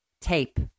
tape